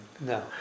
No